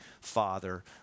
father